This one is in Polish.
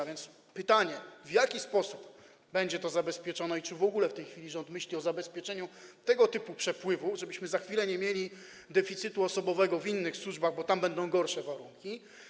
A więc pytanie: W jaki sposób będzie to zabezpieczone i czy w ogóle w tej chwili rząd myśli o zabezpieczeniu tego typu przepływu, żebyśmy za chwilę nie mieli deficytu osobowego w innych służbach, bo tam będą gorsze warunki?